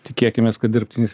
tikėkimės kad dirbtinis